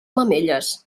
mamelles